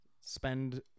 spend